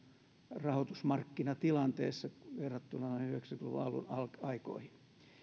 rahoitusmarkkinatilanteessa verrattuna noihin yhdeksänkymmentä luvun alkuaikoihin